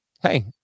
Hey